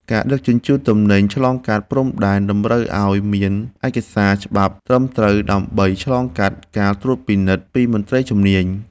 ការដឹកជញ្ជូនទំនិញឆ្លងកាត់ព្រំដែនតម្រូវឱ្យមានឯកសារច្បាប់ត្រឹមត្រូវ ដើម្បីឆ្លងកាត់ការត្រួតពិនិត្យពីមន្ត្រីជំនាញ។